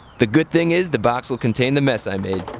the good thing is the box will contain the mess i made.